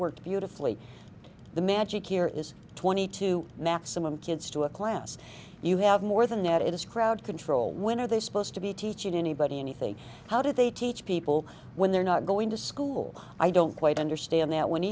works beautifully the magic here is twenty two maximum kids to a class you have more than that it is crowd control when are they supposed to be teaching anybody anything how do they teach people when they're not going to school i don't quite understand that